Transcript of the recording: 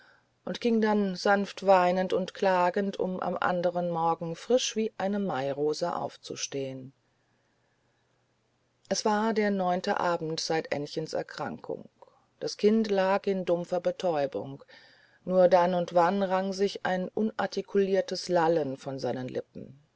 und ging dann sanft weinend und klagend um am anderen morgen frisch wie eine mairose aufzustehen es war der neunte abend seit aennchens erkrankung das kind lag in dumpfer betäubung nur dann und wann rang sich ein unartikuliertes lallen von seinen lippen